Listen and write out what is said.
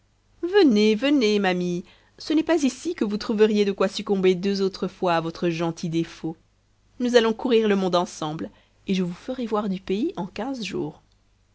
venez venez ma mie ce n'est pas ici que vous trouveriez de quoi succomber deux autres fois à votre gentil défaut nous allons courir le monde ensemble et je vous ferai voir du pays en quinze jours